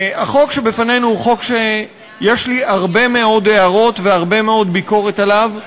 החוק שבפנינו הוא חוק שיש לי הרבה מאוד הערות והרבה מאוד ביקורת עליו,